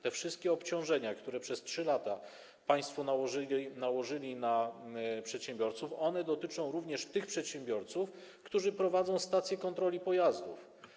Te wszystkie obciążenia, które przez 3 lata państwo nałożyli na przedsiębiorców, dotyczą również tych przedsiębiorców, którzy prowadzą stacje kontroli pojazdów.